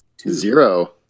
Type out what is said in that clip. zero